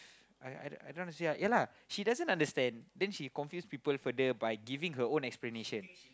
I I I don't understand ya lah she doesn't understand then she confuse people further by giving her own explanation